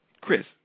Chris